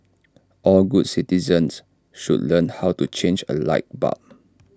all good citizens should learn how to change A light bulb